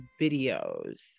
videos